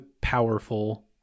powerful